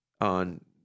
on